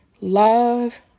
love